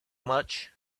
much